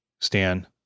Stan